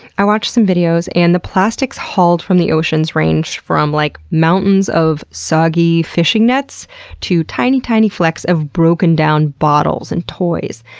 i watched some videos and the plastics hauled from the oceans range from like mountains of soggy fishing nets to tiny, tiny flecks of broken-down bottles and toys.